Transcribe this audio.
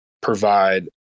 provide